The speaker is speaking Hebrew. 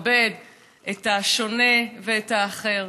ולכבד את השונה ואת האחר?